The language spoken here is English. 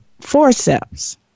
forceps